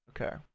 Okay